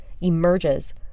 emerges